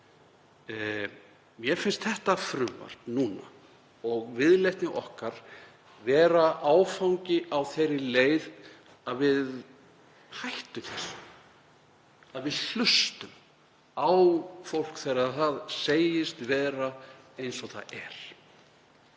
Mér finnst þetta frumvarp núna og viðleitni okkar vera áfangi á þeirri leið að við hættum þessu og að við hlustum á fólk þegar það segist vera eins og það er.